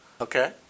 Okay